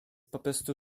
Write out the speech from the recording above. poprostu